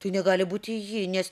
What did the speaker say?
tai negali būti ji net